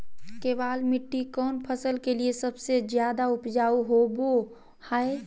केबाल मिट्टी कौन फसल के लिए सबसे ज्यादा उपजाऊ होबो हय?